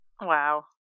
Wow